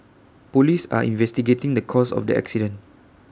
Police are investigating the cause of the accident